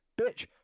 bitch